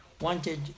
wanted